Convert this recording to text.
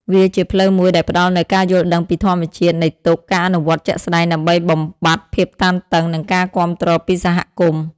វាជាផ្លូវមួយដែលផ្តល់នូវការយល់ដឹងពីធម្មជាតិនៃទុក្ខ ការអនុវត្តជាក់ស្តែងដើម្បីបំបាត់ភាពតានតឹង និងការគាំទ្រពីសហគមន៍។